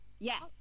Yes